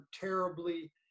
terribly